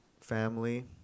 family